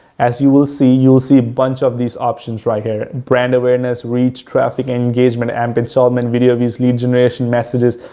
as you will see, you'll see a bunch of these options right here, brand awareness, reach, traffic engagement, app installs and so um and video views lead generation messages,